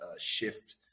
shift